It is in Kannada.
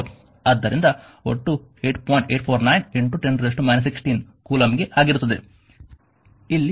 849 10 −16 ಕೂಲಂಬ್ಗೆ ಆಗಿರುತ್ತದೆ